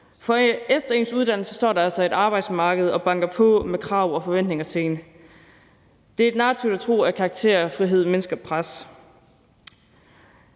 for efter ens uddannelse står der altså et arbejdsmarked og banker på med krav og forventninger til en. Det er en narrativ at tro, at karakterfrihed mindsker pres.